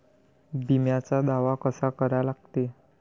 बिम्याचा दावा कसा करा लागते?